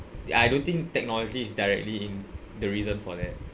I don't think technology is directly in the reason for that